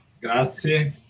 Grazie